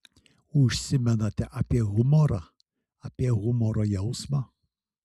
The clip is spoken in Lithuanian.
užsimenate apie humorą apie humoro jausmą